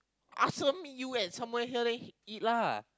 ask her meet you at somewhere here then you can eat lah